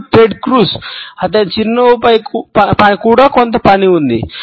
మరియు Ted Cruz అతని చిరునవ్వుపై కొంత పని కూడా ఉంది